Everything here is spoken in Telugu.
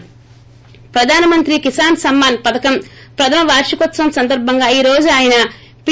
ప్రధాన మంత్రి కిసాన్ సమ్మాన్ పథకం ప్రధమ వార్షికోత్సవం సందర్భంగా ఈ రోజు ఆయన పి